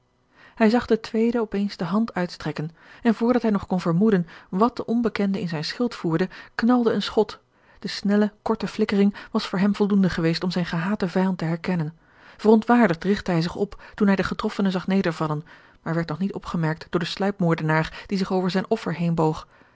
hij zag den tweede op eens de hand uitstrekken en voordat hij nog kon vermoeden wat de onbekende in zijn schild voerde knalde een schot de snelle korte flikkering was voor hem voldoende geweest om zijn gehaten vijand te herkennen verontwaardigd rigtte hij zich op toen hij den getroffene zag nedervallen maar werd nog niet opgemerkt door den sluipmoordenaar die zich over zijn